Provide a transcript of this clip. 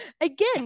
Again